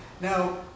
Now